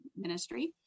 ministry